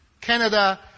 Canada